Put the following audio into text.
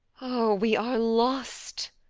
oh, we are lost!